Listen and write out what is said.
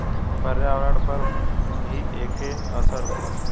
पर्यावरण पर भी एके असर होखता